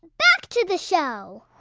back to the show